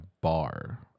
bar